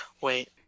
Wait